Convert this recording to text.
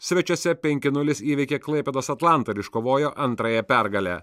svečiuose penki nulis įveikė klaipėdos atlantą ir iškovojo antrąją pergalę